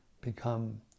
become